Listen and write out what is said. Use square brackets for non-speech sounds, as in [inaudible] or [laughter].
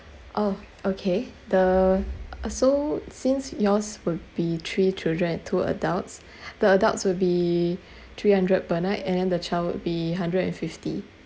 oh okay the uh so since yours would be three children and two adults [breath] the adults would be three hundred per night and then the child would be hundred and fifty